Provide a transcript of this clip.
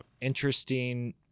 interesting